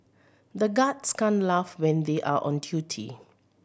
the guards can't laugh when they are on duty